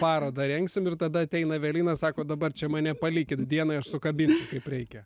parodą rengsim ir tada ateina evelina sako dabar čia mane palikit dienai aš sukabinsiu kaip reikia